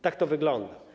Tak to wygląda.